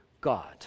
God